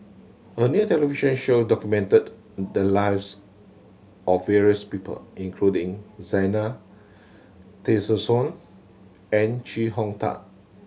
a new television show documented the lives of various people including Zena Tessensohn and Chee Hong Tat